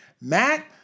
Matt